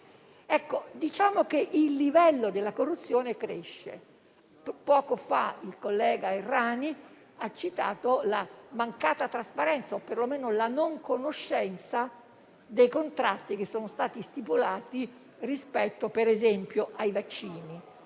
Ecco, diciamo che il livello della corruzione cresce. Poco fa il collega Errani ha citato la mancata trasparenza o perlomeno la non conoscenza dei contratti che sono stati stipulati per esempio rispetto ai vaccini;